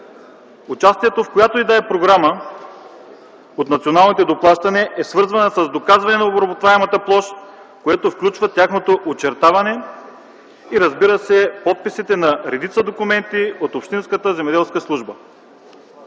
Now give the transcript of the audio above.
Участието в която и да е програма от националните доплащания, е свързана с доказване на обработваемата площ, което включва тяхното очертаване и, разбира се, подписите на редица документи от общинската земеделска служба.